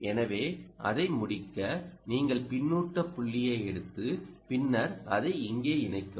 எனவே அதை முடிக்க நீங்கள் பின்னூட்ட புள்ளியை எடுத்து பின்னர் அதை இங்கே இணைக்கவும்